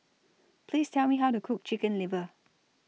Please Tell Me How to Cook Chicken Liver